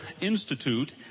institute